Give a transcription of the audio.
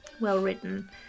well-written